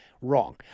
wrong